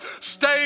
Stay